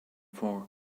for